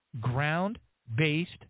ground-based